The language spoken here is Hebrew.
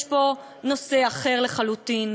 יש פה נושא אחר לחלוטין.